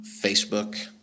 Facebook